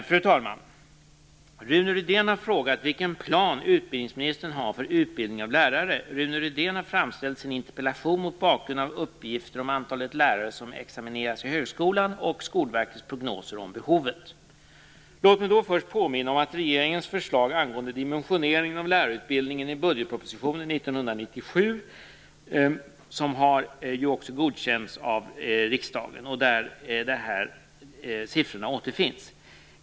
Fru talman! Rune Rydén har frågat vilken plan utbildningsministern har för utbildningen av lärare. Rune Rydén har framställt sin interpellation mot bakgrund av uppgifter om antalet lärare som examineras i högskolan och Skolverkets prognoser om behovet. Låt mig först påminna om regeringens förslag angående dimensioneringen av lärarutbildningen i budgetpropositionen 1997, som också har godkänts av riksdagen och där de här siffrorna återfinns.